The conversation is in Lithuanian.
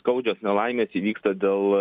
skaudžios nelaimės įvyksta dėl